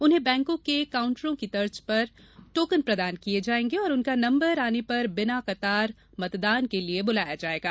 उन्हें बैंकों के काउंटरों की तर्ज पर टोकन प्रदान किये जाएंगे और उनका नंबर आने पर बिना कतार मतदान के लिए बुलाया जाएगा